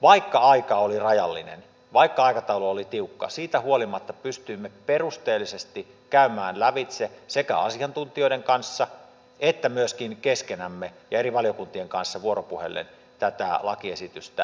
vaikka aika oli rajallinen vaikka aikataulu oli tiukka siitä huolimatta pystyimme perusteellisesti käymään lävitse sekä asiantuntijoiden kanssa että myöskin keskenämme ja eri valiokuntien kanssa vuoropuhellen tätä lakiesitystä